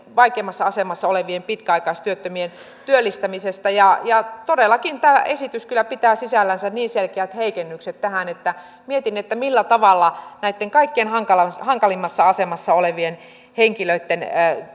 vaikeimmassa asemassa olevien pitkäaikaistyöttömien työllistämisestä ja ja todellakin tämä esitys kyllä pitää sisällänsä niin selkeät heikennykset tähän että mietin millä tavalla näitten kaikkein hankalimmassa hankalimmassa asemassa olevien henkilöitten